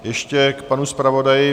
Ještě k panu zpravodaji.